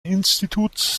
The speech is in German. instituts